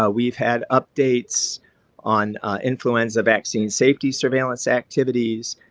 ah we've had updates on influenza vaccine safety surveillance activities,